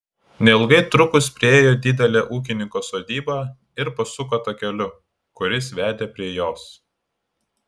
neilgai trukus priėjo didelę ūkininko sodybą ir pasuko takeliu kuris vedė prie jos